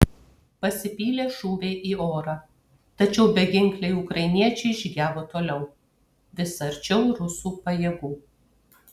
pasipylė šūviai į orą tačiau beginkliai ukrainiečiai žygiavo toliau vis arčiau rusų pajėgų